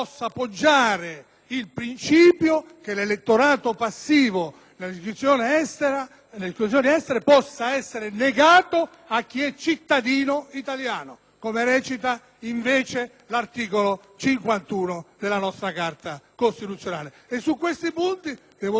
circoscrizioni estere possa essere negato a chi è cittadino italiano, come recita invece l'articolo 51 della nostra Carta costituzionale. E su questi punti devo dire che la valutazione della Giunta è lacunosa sotto tanti